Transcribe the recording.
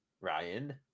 Ryan